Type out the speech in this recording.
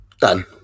Done